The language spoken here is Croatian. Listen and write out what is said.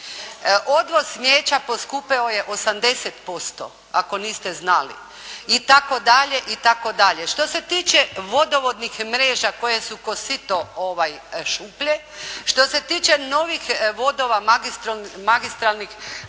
Odvoz smeća poskupio je 80%, ako niste znali itd. Što se tiče vodovodnih mreža koje su ko' sito šuplje, što se tiče novih vodova magistralnih